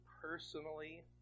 personally